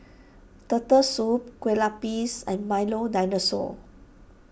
Turtle Soup Kueh Lapis and Milo Dinosaur